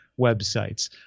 websites